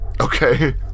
Okay